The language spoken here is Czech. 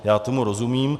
Já tomu rozumím.